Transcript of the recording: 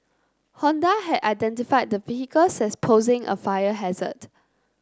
Honda had identified the vehicles as posing a fire hazard